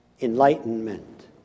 Enlightenment